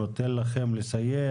נותן לכם לסיים,